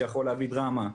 שיכול להביא דרמה,